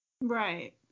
Right